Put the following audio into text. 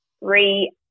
re